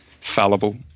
fallible